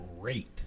great